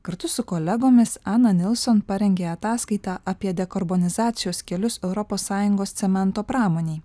kartu su kolegomis ana nilson parengė ataskaitą apie dekarbonizacijos kelius europos sąjungos cemento pramonei